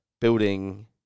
building